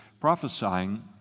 prophesying